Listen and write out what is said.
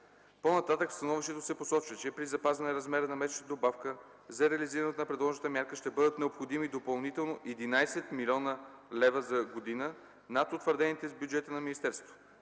По-нататък в становището се посочва, че при запазване размера на месечната добавка за реализирането на предложената мярка ще бъдат необходими допълнително 11 млн. лв. за година над утвърдените с бюджета на министерството.